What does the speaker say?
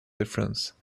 difference